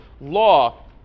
law